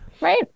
Right